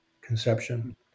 conception